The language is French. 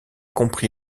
compris